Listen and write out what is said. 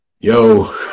Yo